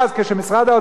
כשמשרד האוצר,